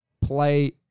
play